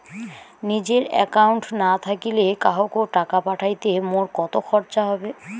নিজের একাউন্ট না থাকিলে কাহকো টাকা পাঠাইতে মোর কতো খরচা হবে?